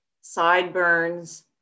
sideburns